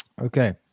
okay